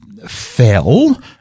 fell